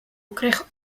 krijgen